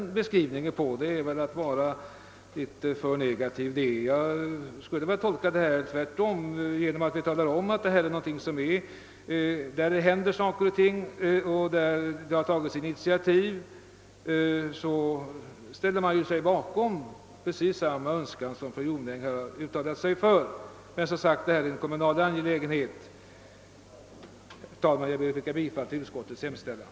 Jag skulle tvärtom vilja tolka utskottets skrivning som positiv, eftersom där erinras om att detta är ett område inom vilket saker och ting händer. Genom att initiativ tagits på detta område ställer sig utskottet bakom precis samma önskan som fru Jonäng har uttalat. Men detta är, som sagt, en kommunal angelägenhet. | Herr talman! Jag ber att få yrka bifall till utskottets hemställan.